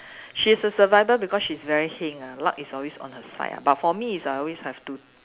she is a survivor because she's very heng ah luck is always on her side ah but for me is I always have to